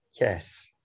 yes